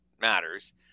matters